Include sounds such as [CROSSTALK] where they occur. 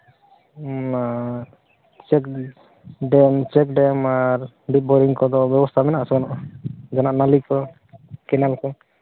ᱚᱱᱟ [UNINTELLIGIBLE] dam check dam ᱟᱨ big boring ᱠᱚᱫᱚ ᱵᱮᱵᱚᱥᱛᱷᱟ ᱢᱮᱱᱟᱜ ᱟᱥᱮ ᱵᱟᱹᱱᱩᱜᱼᱟ [UNINTELLIGIBLE] ᱠᱮᱱᱮᱞ ᱠᱚ